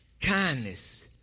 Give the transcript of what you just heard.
kindness